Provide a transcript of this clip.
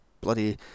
bloody